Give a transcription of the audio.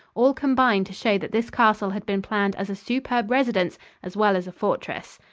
all combined to show that this castle had been planned as a superb residence as well as a fortress.